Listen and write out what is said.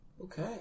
Okay